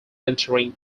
entering